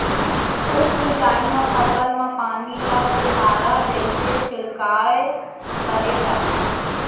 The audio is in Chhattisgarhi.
उप सिंचई म फसल म पानी ल फुहारा जइसे छिड़काव करे जाथे